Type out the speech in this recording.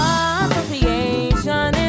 association